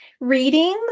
readings